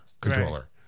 controller